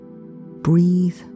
breathe